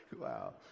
Wow